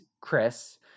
Chris